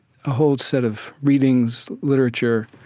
a whole set of readings, literature,